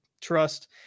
trust